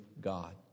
God